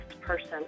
person